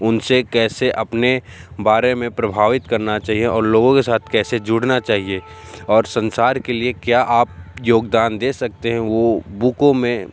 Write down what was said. उनसे कैसे अपने बारे में प्रभावित करना चाहिए और लोगों के साथ कैसे जुड़ना चाहिए और संसार के लिए क्या आप योगदान दे सकते हैं वो बुकों में